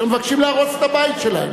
שמבקשים להרוס את הבית שלהם.